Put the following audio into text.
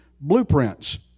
blueprints